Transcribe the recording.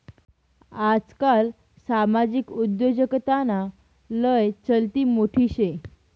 आजकाल सामाजिक उद्योजकताना लय चलती मोठी शे